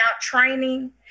training